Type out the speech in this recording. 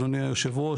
אדוני היושב ראש,